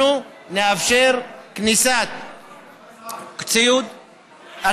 אנחנו נאפשר כניסת ציוד,